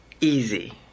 easy